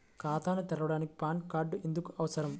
ఖాతాను తెరవడానికి PAN card ఎందుకు అవసరము?